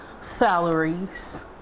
salaries